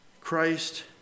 Christ